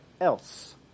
else